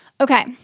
Okay